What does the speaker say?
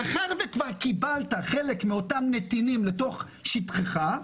מאחר וכבר קיבלת חלק מאותם נתינים לתוך שטחך,